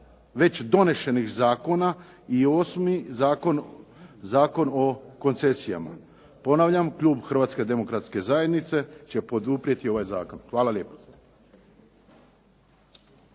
već donesenih zakona i 8. Zakon o koncesijama. Ponavlja, klub Hrvatske demokratske zajednice će poduprijeti ovaj zakon. Hvala lijepa.